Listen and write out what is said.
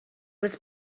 was